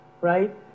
right